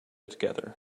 together